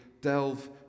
delve